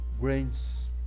grains